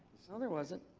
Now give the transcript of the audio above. no, there wasn't.